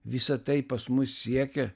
visa tai pas mus siekia